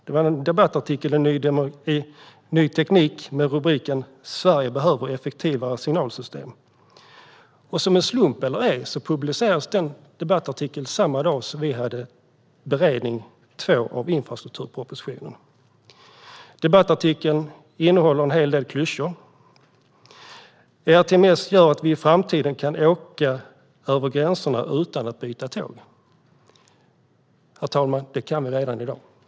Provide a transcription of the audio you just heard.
Det var en debattartikel i Ny Teknik med rubriken: Sverige behöver effektivare signalsystem. Som av en slump eller ej publicerades den debattartikeln samma dag som vi hade beredning två av infrastrukturpropositionen. Debattartikeln innehåller en hel del klyschor. Det står att ERTMS gör att vi i framtiden kan åka över gränserna utan att byta tåg. Det kan vi redan i dag, herr talman.